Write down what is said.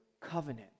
covenant